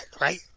right